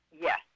Yes